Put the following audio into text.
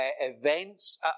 events